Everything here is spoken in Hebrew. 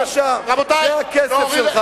בבקשה, זה הכסף שלך.